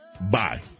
Bye